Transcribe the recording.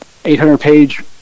800-page